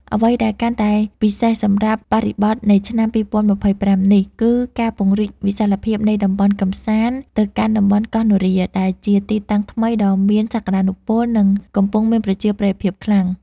អ្វីដែលកាន់តែពិសេសសម្រាប់បរិបទនៃឆ្នាំ ២០២៥ នេះ គឺការពង្រីកវិសាលភាពនៃតំបន់កម្សាន្តទៅកាន់តំបន់កោះនរា ដែលជាទីតាំងថ្មីដ៏មានសក្តានុពល និងកំពុងមានប្រជាប្រិយភាពខ្លាំង។